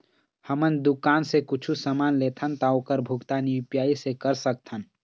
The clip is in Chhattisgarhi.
हमन दुकान से कुछू समान लेथन ता ओकर भुगतान यू.पी.आई से कर सकथन?